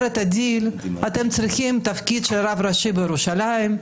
את הדיל אתם צריכים תפקיד של רב ראשי בירושלים,